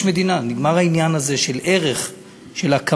יש מדינה, נגמר העניין הזה של ערך ההקמה.